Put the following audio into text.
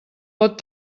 lot